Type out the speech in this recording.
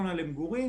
מר מודר יונס,